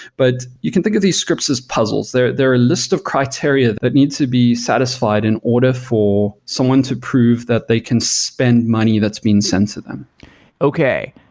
but you could think of these scripts as puzzles. they're they're a list of criteria that need to be satisfied in order for someone to prove that they can spend money that's being sent to them okay.